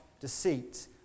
deceit